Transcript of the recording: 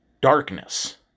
darkness